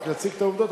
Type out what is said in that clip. רק להציג את העובדות.